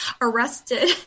arrested